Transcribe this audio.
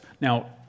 Now